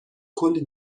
کلی